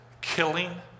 Killing